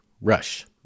Rush